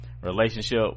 Relationship